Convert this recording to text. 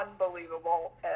unbelievable